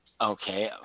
Okay